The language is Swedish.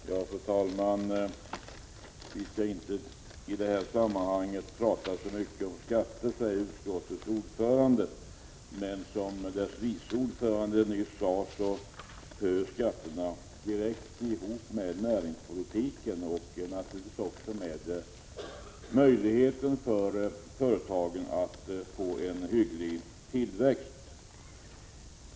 Fru talman! Vi skall i det här sammanhanget inte prata så mycket om skatter, säger utskottets ordförande. Men som utskottets vice ordförande nyss sade hör skatterna direkt ihop med näringspolitiken och naturligtvis också med möjligheten för företagen att få en hygglig tillväxt.